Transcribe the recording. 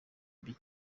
mbi